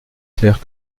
clairs